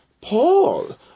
Paul